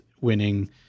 winning